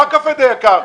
למה קפה די יקר?